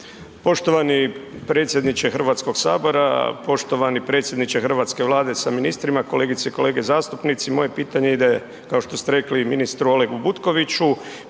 Poštovani predsjedniče Hrvatskog sabora, poštovani predsjedniče hrvatske Vlade sa ministrima, kolegice i kolege zastupnici, moje pitanje ide kao što ste rekli ministru Olegu Butkoviću,